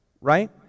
right